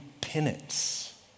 penance